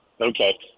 Okay